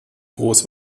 groß